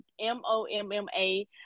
M-O-M-M-A